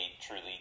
truly